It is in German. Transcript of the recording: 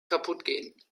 kaputtgehen